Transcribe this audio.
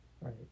Right